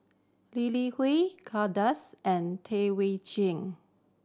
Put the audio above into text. Lee Li Hui Kay Das and Tam Wai Jia